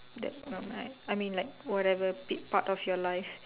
that moment I mean like whatever pit part of your life